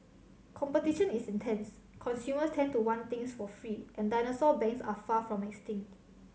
competition is intense consumers tend to want things for free and dinosaur banks are far from extinct